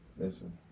Listen